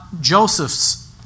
Joseph's